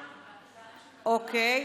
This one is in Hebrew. אוקיי.